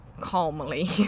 calmly